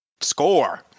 Score